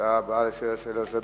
ההצעה הבאה לסדר-היום,